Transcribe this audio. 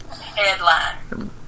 headline